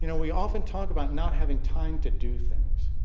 you know we often talk about not having time to do things,